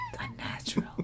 unnatural